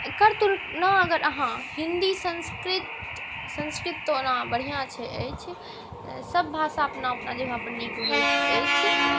एकर तुलना अगर अहाँ हिन्दी संस्कृत संस्कृत तऽ ओना बढ़िआँ अछि सभभाषा अपना अपना जगहपर नीक होइत अछि